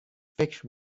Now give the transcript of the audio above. فکر